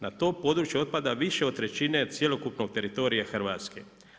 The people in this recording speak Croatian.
Na to područje otpada više od trećine cjelokupnog teritorija Hrvatske.